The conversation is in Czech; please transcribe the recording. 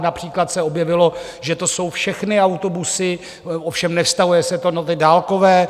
Například se objevilo, že to jsou všechny autobusy, ovšem nevztahuje se to na ty dálkové.